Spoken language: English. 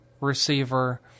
receiver